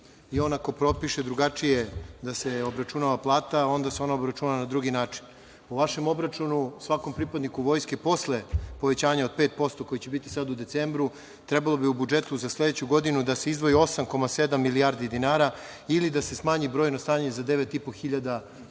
Ako on propiše drugačije da se obračunava plata, onda se ona obračunava na drugi način. U vašem obračunu svakom pripadniku vojske, posle povećanja od 5%, koje će biti sada u decembru, trebalo bi u budžetu za sledeću godinu da se izdvoji 8,7 milijardi dinara ili da se smanji brojno stanje za devet i po